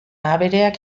abereak